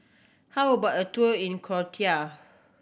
how about a tour in Croatia